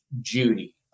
Judy